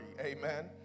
amen